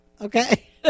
Okay